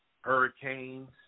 hurricanes